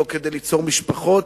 ליצור משפחות.